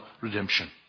redemption